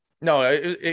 No